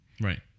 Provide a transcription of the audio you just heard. Right